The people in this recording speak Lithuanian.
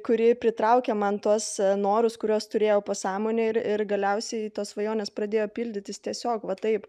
kuri pritraukė man tuos norus kuriuos turėjau pasąmonėj ir ir galiausiai tos svajonės pradėjo pildytis tiesiog va taip